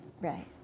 Right